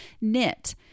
knit